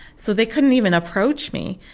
so they couldn't even approach me.